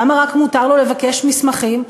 למה רק מותר לו לבקש מסמכים?